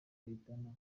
kayitana